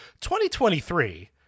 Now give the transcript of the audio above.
2023